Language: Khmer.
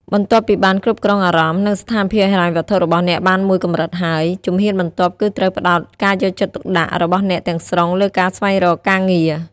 បន្ទាប់ពីបានគ្រប់គ្រងអារម្មណ៍ និងស្ថានភាពហិរញ្ញវត្ថុរបស់អ្នកបានមួយកម្រិតហើយ ជំហានបន្ទាប់គឺត្រូវផ្តោតការយកចិត្តទុកដាក់របស់អ្នកទាំងស្រុងលើការស្វែងរកការងារ។